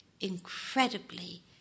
incredibly